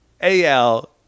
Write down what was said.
al